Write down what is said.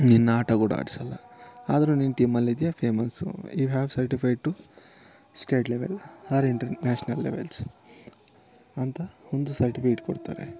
ನಿನ್ನ ಆಟ ಕೂಡ ಆಡಿಸಲ್ಲ ಆದರು ನೀನು ಟೀಮಲ್ಲಿದೀಯ famous you have certified to state level or international levels ಅಂತ ಒಂದು ಸರ್ಟಿಫಿಕೇಟ್ ಕೊಡ್ತಾರೆ